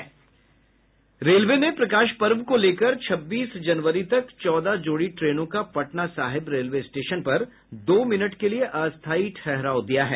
railway ने प्रकाश पर्व को लेकर छब्बीस जनवरी तक चौदह जोड़ी ट्रेनों का पटना सहिब रेलवे स्टेशन पर दो मिनट के लिए अस्थायी ठहराव दिया है